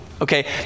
Okay